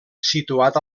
situat